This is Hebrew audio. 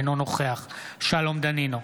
אינו נוכח שלום דנינו,